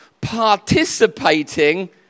participating